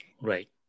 Right